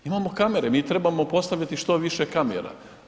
Imamo kamere, mi trebamo postaviti što više kamera.